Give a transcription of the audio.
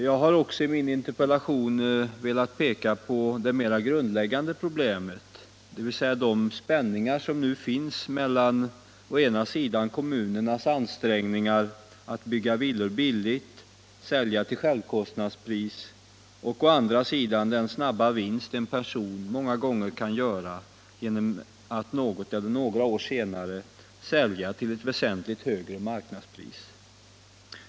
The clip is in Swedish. Jag har i min interpellation velat peka på det mera grundläggande problemet, dvs. de spänningar som nu finns mellan å ena sidan kommunernas ansträngningar att bygga villor billigt och sälja till självkostnadspris samt å andra sidan den snabba vinst som många gånger en person kan göra genom att något eller några år senare sälja till väsentligt högre marknadspris.